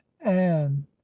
anne